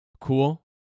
Cool